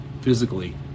physically